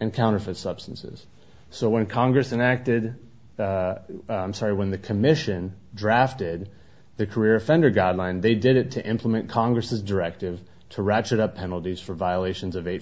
and counterfeit substances so when congress enacted sorry when the commission drafted their career offender god line they did it to implement congress's directive to ratchet up penalties for violations of eight